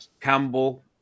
Campbell